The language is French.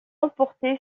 emporté